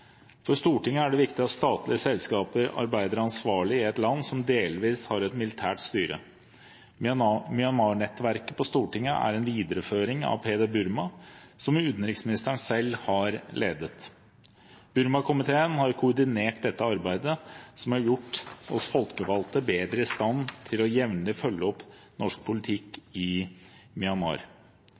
For Stortinget er det viktig at statlige selskaper arbeider ansvarlig i et land som delvis har et militært styre. Myanmar-nettverket på Stortinget er en videreføring av PD-Burma, som utenriksministeren selv har ledet. Burma-komiteen har koordinert dette arbeidet, som har gjort oss folkevalgte bedre i stand til jevnlig å følge opp norsk politikk i Myanmar.